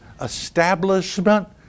establishment